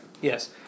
Yes